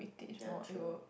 ya true